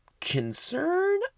concern